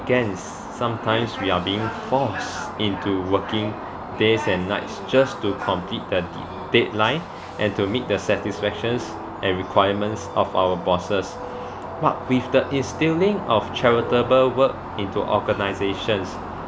cans sometimes we are being forced into working days and nights just to complete the deadline and to meet the satisfactions and requirements of our bosses but with the instilling of charitable work into organisations